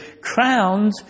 crowned